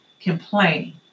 complain